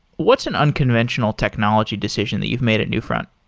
what's an unconventional technology decision that you've made at newfront?